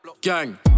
Gang